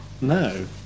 No